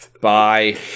Bye